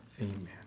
amen